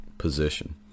Position